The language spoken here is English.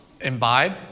imbibe